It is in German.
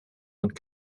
und